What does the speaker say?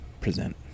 present